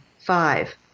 five